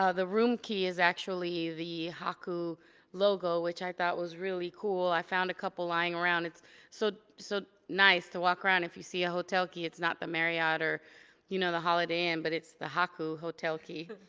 ah the room key is actually the haku logo, which i thought was really cool. i found a couple lying around, it's so so nice to walk around, if you see a hotel key it's not the marriot, or you know the holiday inn. but it's the haku hotel key.